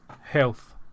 health